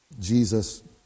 Jesus